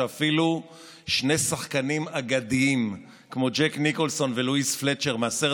ואפילו שני שחקנים אגדיים כמו ג'ק ניקולסון ולואיז פלטשר מהסרט